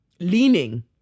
leaning